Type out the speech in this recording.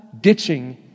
ditching